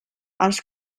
els